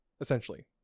essentially